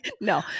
no